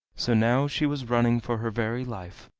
so now she was running for her very life,